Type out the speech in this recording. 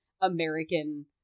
American